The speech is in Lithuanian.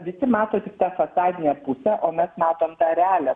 visi mato tik tą fasadinę pusę o mes matom tą realią